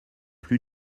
plus